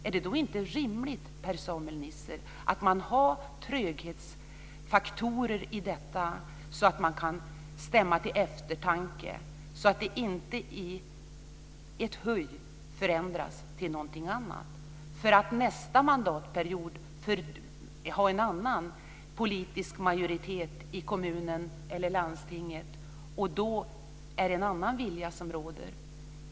Är det då inte rimligt, Per-Samuel Nisser, att man har tröghetsfaktorer i detta så att man kan stämma till eftertanke, så att det inte i ett huj förändras till något annat? Nästa mandatperiod har man annan politisk majoritet i kommunen eller landstinget, och då är det en annan vilja som råder.